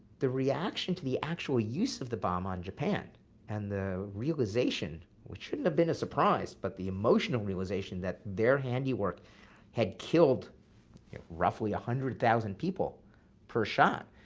the reaction to the actual use of the bomb on japan and the realization, which shouldn't have been a surprise. but the emotional realization that their handiwork had killed roughly a hundred thousand people per shot,